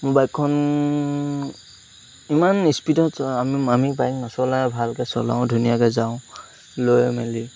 মোৰ বাইকখন ইমান স্পীডত আমি আমি বাইক নচলাওঁৱে ভালকৈ চলাওঁ ধুনীয়াকৈ যাওঁ লৈ মেলি